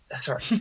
sorry